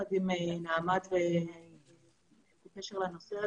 יחד עם נעמ"ת בקשר לנושא הזה.